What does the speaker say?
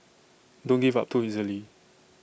don't give up too easily